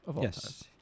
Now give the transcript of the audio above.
Yes